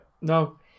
No